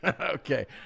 Okay